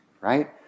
right